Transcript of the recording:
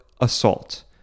assault